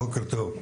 בוקר טוב,